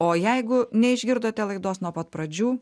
o jeigu neišgirdote laidos nuo pat pradžių